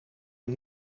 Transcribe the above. een